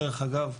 דרך אגב,